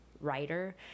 writer